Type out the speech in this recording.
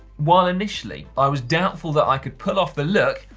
while initially i was doubtful that i could pull off the look,